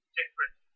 different